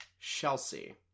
chelsea